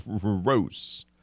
Gross